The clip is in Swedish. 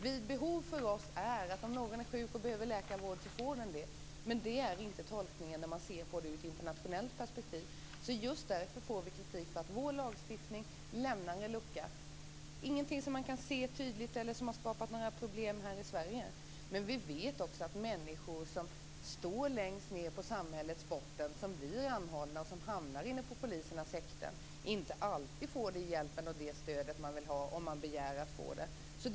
Vid behov är för oss att någon som är sjuk och behöver läkarvård får det. Men det är inte tolkningen när man ser på det i ett internationellt perspektiv. Just därför får vi kritik, för att vår lagstiftning lämnar en lucka. Det är ingenting som man kan se tydligt eller som har skapat några problem här i Sverige. Men vi vet också att människor som står längst ned på samhällets botten, som blir anhållna, som hamnar på polisernas häkten, inte alltid får den hjälp och det stöd de vill ha om de begär att få det.